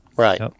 Right